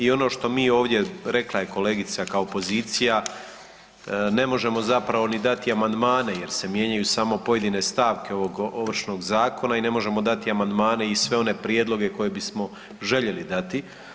I ono što mi ovdje, rekla je kolegica, kao pozicija ne možemo zapravo ni dati amandmane jer se mijenjaju samo pojedine stavke oko Ovršnog zakona i ne možemo dati amandmane i sve one prijedloge koje bismo željeli dati.